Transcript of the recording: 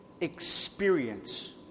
experience